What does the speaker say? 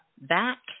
back